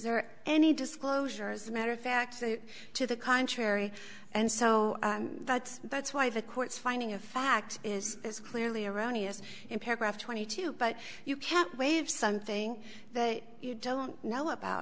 there any disclosure as a matter of fact to the contrary and so that's that's why the court's finding of fact is is clearly erroneous in paragraph twenty two but you can't waive something that you don't know about